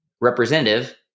representative